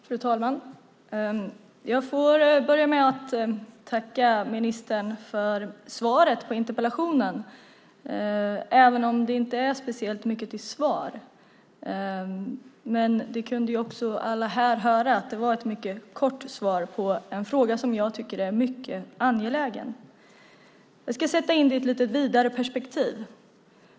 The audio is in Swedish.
Fru talman! Jag får börja med att tacka ministern för svaret på interpellationen, även om det inte är speciellt mycket till svar. Det kunde alla här höra. Det var ett mycket kort svar på en fråga som jag tycker är mycket angelägen. Jag ska sätta in det i ett lite vidare perspektiv.